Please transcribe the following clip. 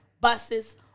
buses